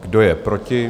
Kdo je proti?